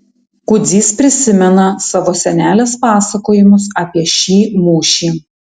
kudzys prisimena savo senelės pasakojimus apie šį mūšį